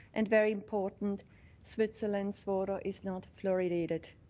and very important switzerland's water is not fluoridated.